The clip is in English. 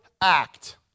act